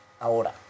Ahora